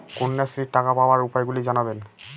কন্যাশ্রীর টাকা পাওয়ার উপায়গুলি জানাবেন?